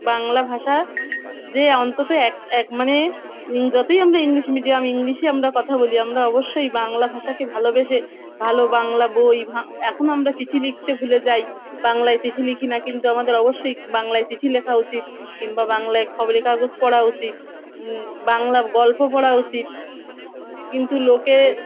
বাংলা ভাষা যে অন্তত এক এক মানে যতই আমরা ইংলিশ মিডিয়াম ইংলিশে আমরা কথা বলি আমরা অবশ্যই বাংলা ভাষাকে ভালোবেসে ভালো বাংলা বই এখনও আমরা চিঠি লিখতে ভুলে যাই বাংলায় চিঠি লিখি না কিন্তু আমাদের অবশ্যই বাংলায় চিঠি লেখা উচিত কিংবা বাংলায় খবর কাগজ পড়া উচিত বাংলা গল্প পড়া উচিত কিন্তু লোকে